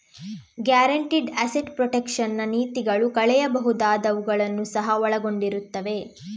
guaranteed asset protection ನ ನೀತಿಗಳು ಕಳೆಯಬಹುದಾದವುಗಳನ್ನು ಸಹ ಒಳಗೊಂಡಿರುತ್ತವೆ